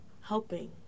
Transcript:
helping